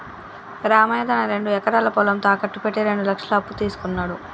రామయ్య తన రెండు ఎకరాల పొలం తాకట్టు పెట్టి రెండు లక్షల అప్పు తీసుకున్నడు